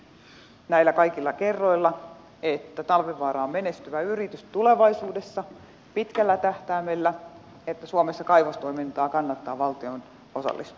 silloin on nähty näillä kaikilla kerroilla että talvivaara on menestyvä yritys tulevaisuudessa pitkällä tähtäimellä että suomessa kaivostoimintaan kannattaa valtion osallistua